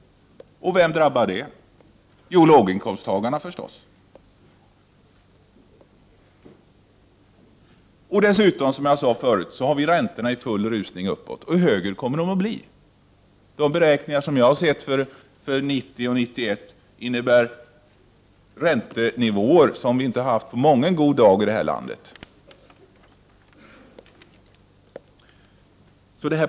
Vem drabbar det? Låginkomsttagarna, förstås. Dessutom är, som jag sade förut, räntorna i full rusning uppåt, och högre kommer de att bli. De beräkningar som jag har sett för 1990 och 1991 innebär räntenivåer som vi inte har haft på mången god dag här i landet.